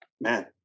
man